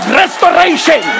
restoration